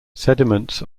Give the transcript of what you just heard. sediments